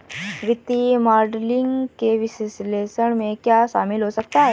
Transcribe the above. वित्तीय मॉडलिंग के विश्लेषण में क्या शामिल हो सकता है?